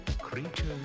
Creatures